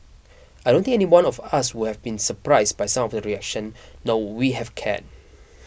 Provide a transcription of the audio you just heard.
I don't think anyone of us would have been surprised by some of the reaction nor we have cared